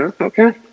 Okay